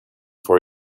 for